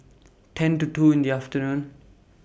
ten to two in The afternoon